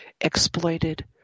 exploited